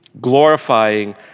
glorifying